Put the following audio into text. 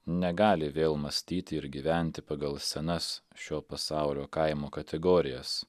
negali vėl mąstyti ir gyventi pagal senas šio pasaulio kaimo kategorijas